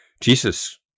Jesus